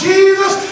Jesus